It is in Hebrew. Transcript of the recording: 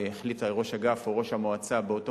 והחליט ראש אגף או ראש המועצה באותו